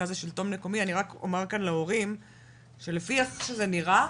אני רק אומר להורים כאן שלפי איך שזה נראה,